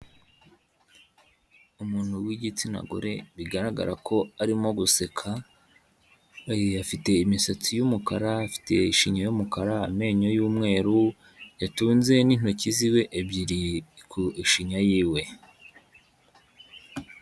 Umuntu w'igitsina gore bigaragara ko arimo guseka, afite imisatsi y'umukara, afite ishinya y'umukara, amenyo y'umweru yatunze n'intoki z'iwe ebyiri ku ishinya y'iwe.